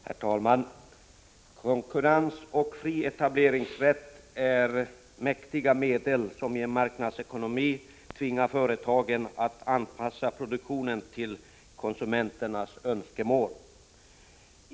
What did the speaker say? Herr talman! Konkurrens och fri etableringsrätt är de mäktiga medel som i en marknadsekonomi tvingar företagen att anpassa produktionen till konsumenternas önskemål.